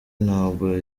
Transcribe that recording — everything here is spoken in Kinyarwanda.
ntabwo